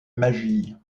magie